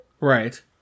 Right